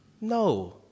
No